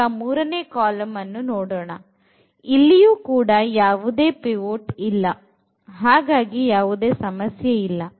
ಈಗ ಮೂರನೇ ಕಾಲಂ ಅನ್ನು ನೋಡೋಣ ಇಲ್ಲಿಯೂ ಕೂಡ ಯಾವುದೇ ಪಿವೋಟ್ ಇಲ್ಲ ಹಾಗಾಗಿ ಯಾವುದೇ ಸಮಸ್ಯೆ ಇಲ್ಲ